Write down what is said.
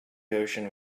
ocean